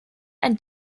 ein